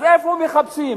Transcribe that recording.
אז איפה מחפשים?